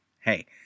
hey